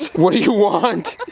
what do you want!